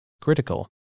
critical